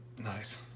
Nice